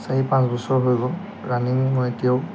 চাৰি পাঁচ বছৰ হৈ গ'ল ৰানিং মই এতিয়াও